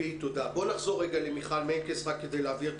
בואו נחזור למיכל מנקס רק כדי להבהיר את